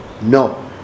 No